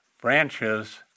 Branches